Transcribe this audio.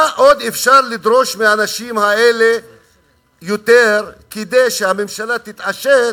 מה עוד אפשר לדרוש מהאנשים האלה כדי שהממשלה תתעשת